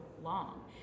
long